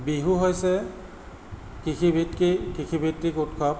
বিহু হৈছে কৃষিভিত্তি কৃষি ভিত্তিক উৎসৱ